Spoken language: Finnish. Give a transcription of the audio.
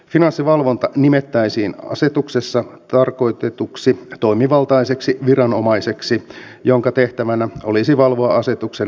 finanssivalvonta nimettäisiin asetuksessa tarkoitetuksi toimivaltaiseksi viranomaiseksi jonka tehtävänä olisi valvoa asetuksen noudattamista